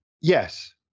Yes